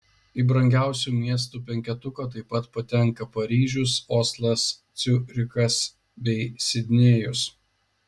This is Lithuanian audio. į brangiausių miestų penketuką taip pat patenka paryžius oslas ciurichas bei sidnėjus